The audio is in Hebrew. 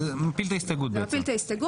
זה מפיל את ההסתייגות?